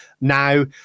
now